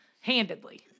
handedly